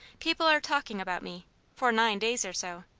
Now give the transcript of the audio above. people are talking about me for nine days or so.